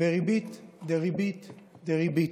בריבית דריבית דריבית.